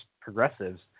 progressives